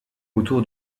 autour